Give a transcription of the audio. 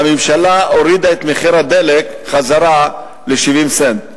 והממשלה הורידה את מחיר הדלק חזרה ל-70 סנט.